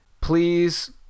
please